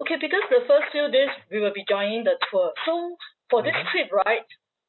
okay because the first few days we will be joining the tour so for this trip right